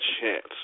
chance